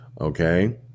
okay